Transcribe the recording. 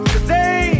Today